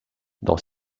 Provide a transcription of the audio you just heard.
dans